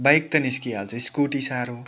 bike त निस्किहाल्छ scooty साह्रो